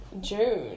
June